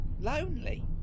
Lonely